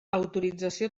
autorització